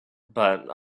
but